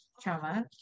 trauma